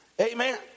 Amen